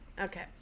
Okay